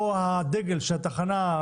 פה הדגל של התחנה,